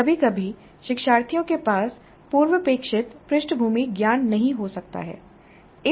कभी कभी शिक्षार्थियों के पास पूर्वापेक्षित पृष्ठभूमि ज्ञान नहीं हो सकता है